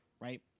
Right